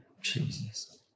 Jesus